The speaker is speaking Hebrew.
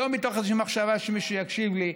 לא מתוך איזושהי מחשבה שמישהו יקשיב לי,